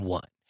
one